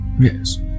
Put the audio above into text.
Yes